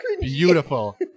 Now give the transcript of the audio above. Beautiful